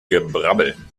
gebrabbel